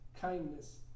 kindness